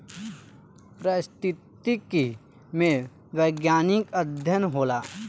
पारिस्थितिकी में वैज्ञानिक अध्ययन होला